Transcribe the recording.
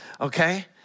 Okay